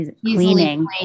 cleaning